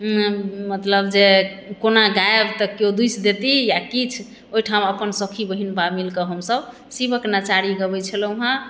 मतलब जे कोना गायब जे कोइ दुसि देतीह आओर किछु ओहिठाम अपन सखी बहिनपा मिलकऽ हम सभ शिवके नचारी गबै छलहुँ हेँ